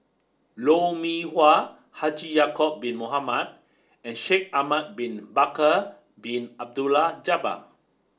Lou Mee Wah Haji Ya'acob bin Mohamed and Shaikh Ahmad bin Bakar Bin Abdullah Jabbar